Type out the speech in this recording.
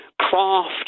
craft